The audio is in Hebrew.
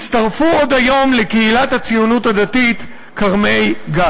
הצטרפו עוד היום לקהילת הציונות הדתית כרמי-גת.